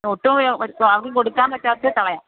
ഒട്ടും ആർക്കും കൊടുക്കാന് പറ്റാത്തത് കളയാം